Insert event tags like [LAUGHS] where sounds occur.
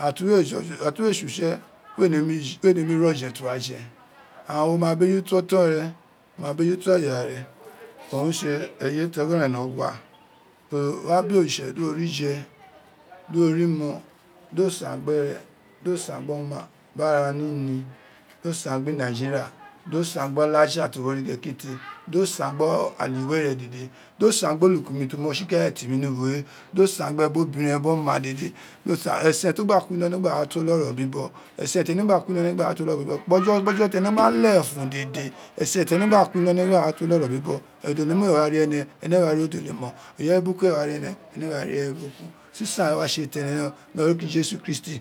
ira ti we fo fi [HESITATION] ira ti we tse utse we remi ri oje ti wo wa fe and wo ma befuto oton re, wo ma bejute aya re owun re tse eye to no ren ni ogun, so wo wa be ontse gbe re do san gbe oma bin ara nini do san gbe inafiria, do san gbe olaja fo wi origho ekete do san gbe ale iwere dede, do san gbe olutun nii ti o tri kale tin mi ni ubo we, do san gbe biri ebiren biri oma dede, esen ti gba kuri ilolo owun o gba to orobibo esen tene gba kun ilo li owun ene gba ra to oro bibo [LAUGHS] kpojokpo fo tene ma lefun dede esen tene gba kuri iloli ene wa gba ra to iloli orobibo, odelemon ee wa ri ene ene ee wa ri odelelmon ireye bunukun ee wa ri ene, ene ee wa ri ireye burukun, sisan re wa tse tene ren o ni omko jesu christi